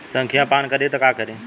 संखिया पान करी त का करी?